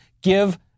Give